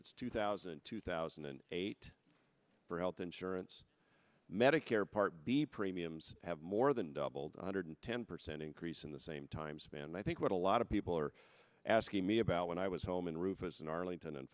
it's two thousand two thousand and eight for health insurance medicare part b premiums have more than doubled one hundred ten percent increase in the same time span i think what a lot of people are asking me about when i was home in rufus in arlington and